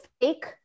fake